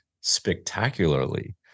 spectacularly